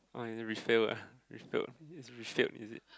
why is it refail ah refailed it's refailed is it